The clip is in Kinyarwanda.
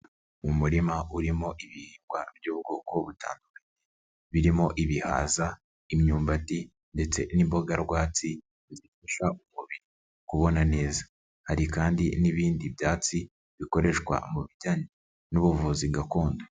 Mu murima urimo ibihigwa by'ubwoko butandukanye. Birimo ibihaza, imyumbati ndetse n'imboga rwatsi zifasha umubiri kubona neza. Hari kandi n'ibindi byatsi bikoreshwa mu bijyanye n'ubuvuzi gakondo.